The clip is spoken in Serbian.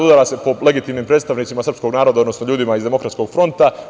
Udara se po legitimnim predstavnicima srpskog naroda, odnosno ljudima iz Demokratskog fronta.